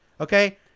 Okay